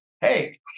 hey